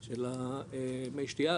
של המי שתייה.